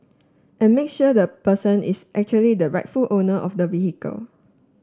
and make sure the person is actually the rightful owner of the vehicle